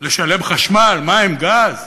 לשלם חשמל, מים, גז,